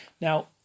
Now